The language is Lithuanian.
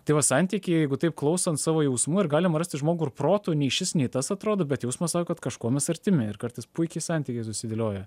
tai va santykyje jeigu taip klausant savo jausmų ir galima rasti žmogų ir protu nei šis nei tas atrodo bet jausmas sako kad kažkuo mes artimi ir kartais puikiai santykiai susidėlioja